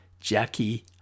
Jackie